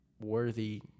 worthy